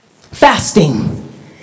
Fasting